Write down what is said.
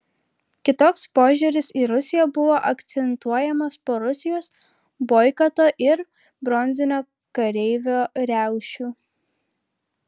kitoks požiūris į rusiją buvo akcentuojamas po rusijos boikoto ir bronzinio kareivio riaušių